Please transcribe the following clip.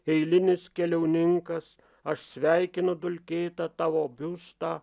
eilinis keliauninkas aš sveikinu dulkėtą tavo biustą